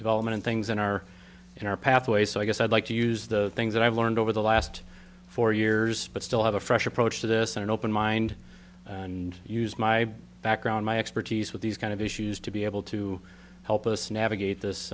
development things that are in our pathway so i guess i'd like to use the things that i've learned over the last four years but still have a fresh approach to this and an open mind and use my background my expertise with these kind of issues to be able to help us navigate